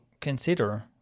consider